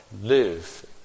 live